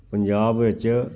ਪੰਜਾਬ ਵਿੱਚ